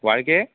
Walke